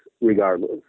regardless